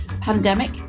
Pandemic